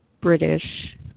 British